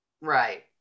Right